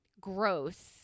gross